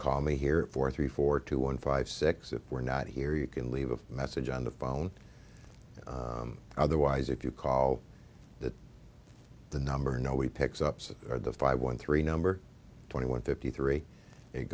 call me here for three four two one five six if we're not here you can leave a message on the phone otherwise if you call that number no we picks up so the five one three number twenty one fifty three